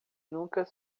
nunca